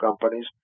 companies